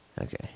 okay